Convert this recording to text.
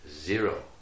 Zero